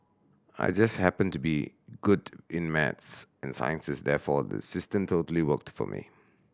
I just happened to be good in maths and sciences therefore the system totally worked for me